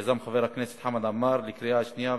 קריאה שנייה